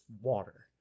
water